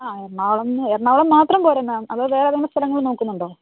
എറണാകുളം എറണാകുളം മാത്രം പോരെയോ മാം അതോ വേറെ ഏതെങ്കിലും സ്ഥലങ്ങൾ നോക്കുന്നുണ്ടോ